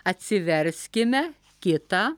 atsiverskime kitą